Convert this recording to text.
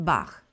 Bach